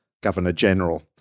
governor-general